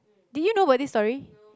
did you know about this story